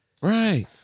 right